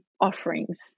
offerings